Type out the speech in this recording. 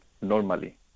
normally